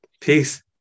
peace